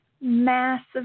Massive